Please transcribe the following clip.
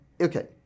Okay